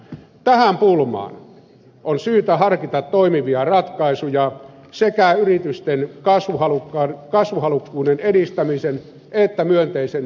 tähän pulmaan on syytä harkita toimivia ratkaisuja sekä yritysten kasvuhalukkuuden edistämisen että myönteisen työllisyyskehityksen kannalta